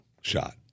shot